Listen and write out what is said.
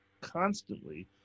constantly